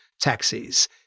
taxis